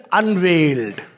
unveiled